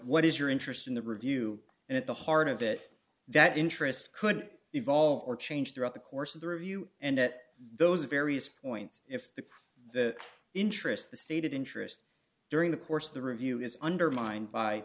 what is your interest in the review and at the heart of it that interest could evolve or change throughout the course of the review and that those various points if the the interest the stated interest during the course of the review is undermined by